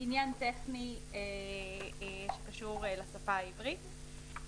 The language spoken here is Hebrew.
עניין טכני שקשור לשפה העברית.